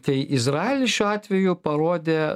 tai izraelis šiuo atveju parodė